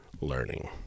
learning